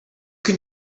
can